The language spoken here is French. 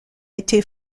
été